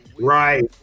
Right